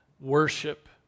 worship